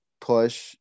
push